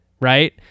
right